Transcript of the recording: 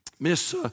Miss